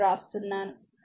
కాబట్టి 0